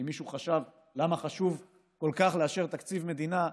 אם מישהו חשב למה חשוב כל כך לאשר תקציב מדינה,